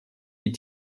die